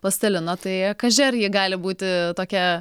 plastilino tai kaži ar ji gali būti tokia